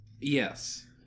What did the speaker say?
Yes